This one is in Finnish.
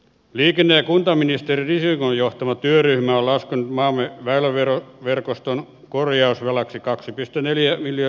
liikenne ja kuntaministerihenkon johtama työryhmä allas on maamme televeron verkoston korjausvelaksi kaksi piste neljä neljä